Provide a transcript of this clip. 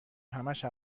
همش